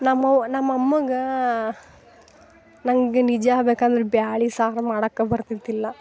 ನಮ್ಮವ್ವ ನಮ್ಮಮ್ಮಗ ನಂಗೆ ನಿಜ ಬೇಕಂದ್ರೆ ಬ್ಯಾಳೆ ಸಾರು ಮಾಡಕ್ಕೆ ಬರ್ತಿದ್ದಿಲ್ಲ